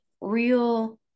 real